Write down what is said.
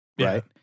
Right